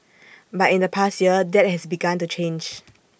but in the past year that has begun to change